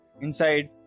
inside